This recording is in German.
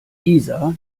isa